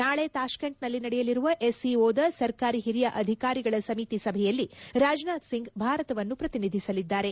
ನಾಳೆ ತಾಷ್ನೆಂಟ್ನಲ್ಲಿ ನಡೆಯಲಿರುವ ಎಸ್ ಸಿ ಒ ದ ಸರ್ಕಾರಿ ಮುಖ್ಯಸ್ತರ ಸಮಿತಿ ಸಭೆಯಲ್ಲಿ ರಾಜ್ನಾಥ್ ಸಿಂಗ್ ಭಾರತವನ್ನು ಪ್ರತಿನಿಧಿಸಲಿದ್ದಾರೆ